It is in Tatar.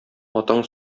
атаң